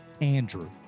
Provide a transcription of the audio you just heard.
Andrew